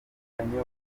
imitungo